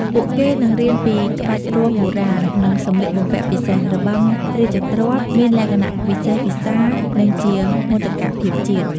ពួកគេនឹងរៀនពីក្បាច់រាំបុរាណ និងសំលៀកបំពាក់ពិសេស របាំរាជទ្រព្យមានលក្ខណៈវិសេសវិសាល និងជាមោទកភាពជាតិ។